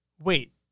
Wait